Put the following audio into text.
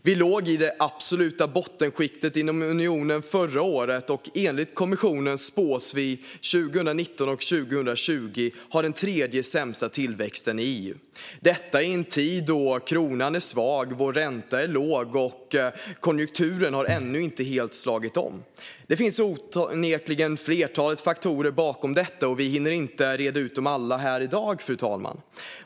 Vi låg i det absoluta bottenskiktet i unionen förra året, och enligt kommissionen spås vi 2019 och 2020 ha den tredje sämsta tillväxten i EU - detta i en tid då kronan är svag, vår ränta är låg och konjunkturen ännu inte helt har slagit om. Det finns onekligen ett flertal faktorer bakom detta, och vi hinner inte reda ut dem alla här i dag, fru talman.